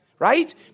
Right